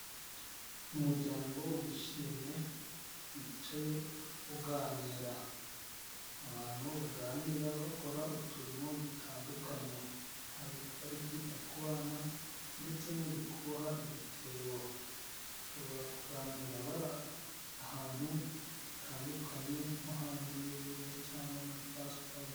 Umuryango wishimye wicaye uganira abantu baganira bakora uturimo dutandukanye hari abari kwita ku bana ndetse n'uri kuboha igitebo bashobora kuganira ahantu hatandukanye nko hanze y'urugo cyangwa muri pasiparumu.